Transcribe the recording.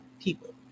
people